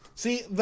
See